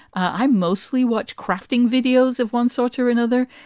i mostly watch crafting videos of one sort or another.